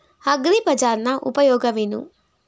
ಅಗ್ರಿಬಜಾರ್ ನ ಉಪಯೋಗವೇನು?